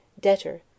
Debtor